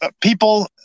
people